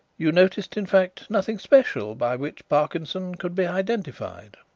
you noticed, in fact, nothing special by which parkinson could be identified?